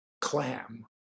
clam